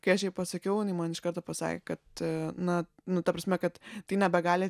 kai aš jai pasakiau man iš karto pasakė kad na nu ta prasme kad tai nebegali